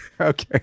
Okay